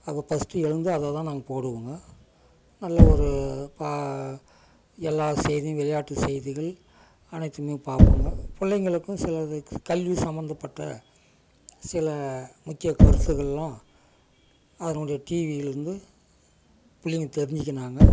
அதை ஃபஸ்ட்டு எழுந்து அதைதான் நாங்கள் போடுவோங்க நல்ல ஒரு பா எல்லா செய்தியும் விளையாட்டு செய்திகள் அனைத்துமே பார்ப்போங்க பிள்ளைங்களுக்கும் சிலது கல்வி சம்மந்தப்பட்ட சில முக்கிய கருத்துகள்லாம் அதனுடைய டிவிலேருந்து பிள்ளைங்க தெரிஞ்சிக்கிறாங்க